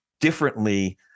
differently